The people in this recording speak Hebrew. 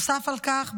נוסף על כך,